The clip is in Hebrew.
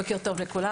בוקר טוב לכולם,